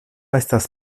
estas